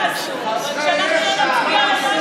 אני קובע כי ההצעה לא